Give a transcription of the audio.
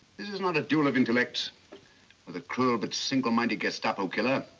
this is not a duel of intellects or the cruel but single-minded gestapo killer.